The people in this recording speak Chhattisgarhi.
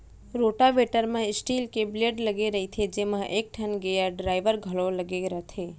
रोटावेटर म स्टील के ब्लेड लगे रइथे जेमा एकठन गेयर ड्राइव घलौ लगे रथे